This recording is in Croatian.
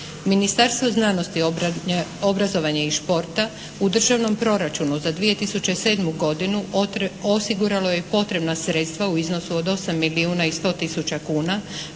Ministarstvo znanosti, obrazovanja i športa u državnom proračunu za 2007. godinu osiguralo je potrebna sredstva u iznosu od 8 milijuna i 100 tisuća kuna